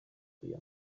kujya